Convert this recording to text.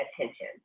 attention